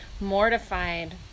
mortified